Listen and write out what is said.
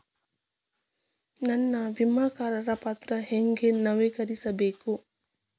ನನ್ನ ವಿಮಾ ಕರಾರ ಪತ್ರಾ ಹೆಂಗ್ ನವೇಕರಿಸಬೇಕು?